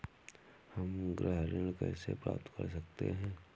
हम गृह ऋण कैसे प्राप्त कर सकते हैं?